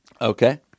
Okay